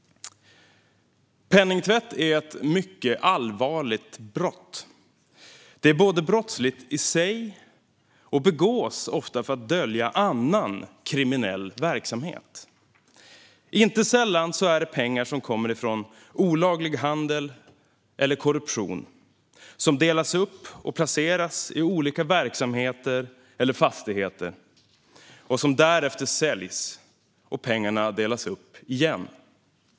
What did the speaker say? Penningtvätt är ett mycket allvarligt brott. Det är både brottsligt i sig och begås ofta för att dölja annan kriminell verksamhet. Inte sällan är det pengar som kommer ifrån olaglig handel eller korruption och som delas upp och placeras i olika verksamheter eller fastigheter som därefter säljs. Sedan delas pengarna upp igen.